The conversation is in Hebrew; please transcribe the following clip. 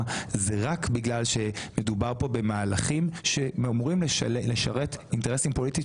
אלא זה רק בגלל שמדובר כאן במהלכים שאמורים לשרת אינטרסים פוליטיים